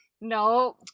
No